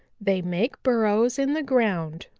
they make burrows in the ground,